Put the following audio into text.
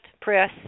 press